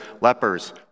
lepers